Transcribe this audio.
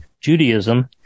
Judaism